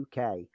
UK